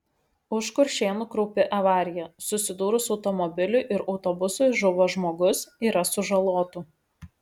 už kuršėnų kraupi avarija susidūrus automobiliui ir autobusui žuvo žmogus yra sužalotų